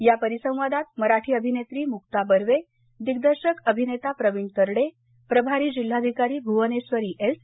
या परिसंवादात मराठी अभिनेत्री मुका बर्वे दिग्दर्शक अभिनेता प्रवीण तरडे प्रभारी जिल्हाधिकारी भुवनेश्वरी एस